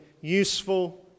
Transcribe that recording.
useful